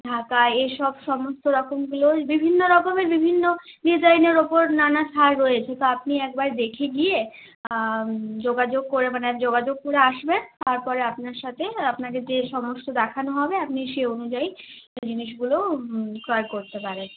ঢাকাই এই সব সমস্ত রকমগুলোই বিভিন্ন রকমের বিভিন্ন ডিজাইনের উপর নানা শাড়ি রয়েছে তো আপনি একবার দেখে গিয়ে যোগাযোগ করে মানে যোগাযোগ করে আসবেন তার পরে আপনার সাথে আপনাকে যে সমস্ত দেখানো হবে আপনি সেই অনুযায়ী জিনিসগুলো ক্রয় করতে পারেন